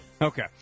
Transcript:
Okay